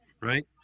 Right